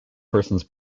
persons